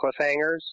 cliffhangers